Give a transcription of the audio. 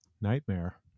nightmare